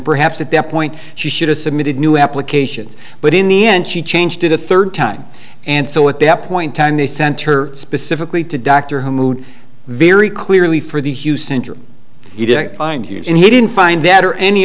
perhaps at that point she should have submitted new applications but in the end she changed it a third time and so at that point time they sent her specifically to dr who mood very clearly for the hugh center and he didn't find that or any